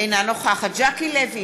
אינה נוכחת ז'קי לוי,